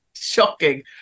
Shocking